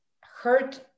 hurt